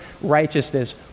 righteousness